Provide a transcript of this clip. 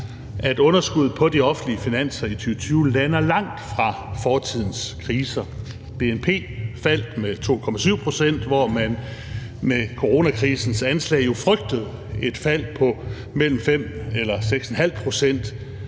at underskuddet på de offentlige finanser i 2020 lander langt fra fortidens kriser. Bnp faldt med 2,7 pct. – hvor man med coronakrisens anslag jo frygtede et fald på mellem 5 og 6½ pct.